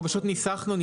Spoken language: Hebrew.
אנחנו פשוט ניסחנו את זה.